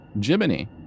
Jiminy